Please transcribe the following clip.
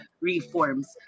Reforms